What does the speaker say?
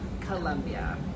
Colombia